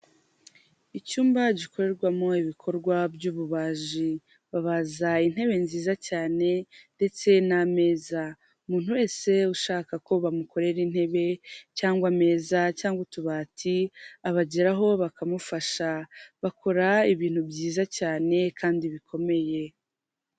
Icyumba gikorerwamo ibikorwa by'ububaji babaza intebe nziza cyane ndetse n'ameza, umuntu wese ushaka ko bamukorera intebe, cyangwa ameza, cyangwa utubati abageraho bakamufasha. Bakora ibintu byiza cyane kandi bikomeye.